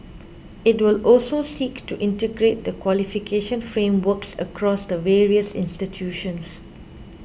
it will also seek to integrate the qualification frameworks across the various institutions